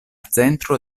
centro